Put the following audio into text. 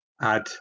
add